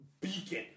Beacon